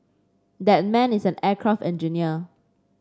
that man is an aircraft engineer